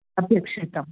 अपेक्षितं